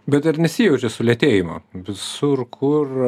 bet ar nesijaučia sulėtėjimo visur kur